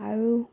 আৰু